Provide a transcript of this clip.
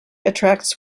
attracts